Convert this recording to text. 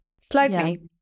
slightly